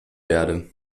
werde